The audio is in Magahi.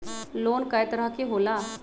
लोन कय तरह के होला?